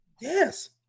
Yes